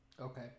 Okay